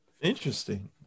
interesting